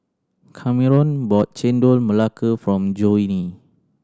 Kameron bought Chendol Melaka from Johnie